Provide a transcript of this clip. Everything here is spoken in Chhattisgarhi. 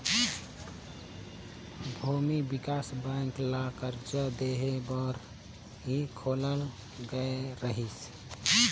भूमि बिकास बेंक ल करजा देहे बर ही खोलल गये रहीस